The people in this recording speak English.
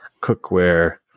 cookware